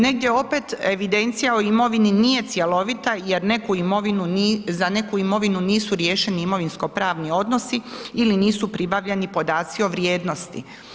Negdje opet evidencija o imovini nije cjelovita jer za neku imovinu nisu riješeni imovinsko pravni odnosi ili nisu pribavljeni podaci o vrijednosti.